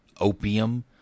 opium